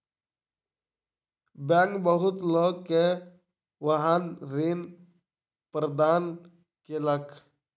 bank बहुत लोक के वाहन ऋण प्रदान केलक